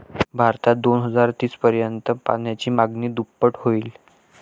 भारतात दोन हजार तीस पर्यंत पाण्याची मागणी दुप्पट होईल